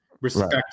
Respect